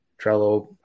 Trello